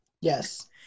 Yes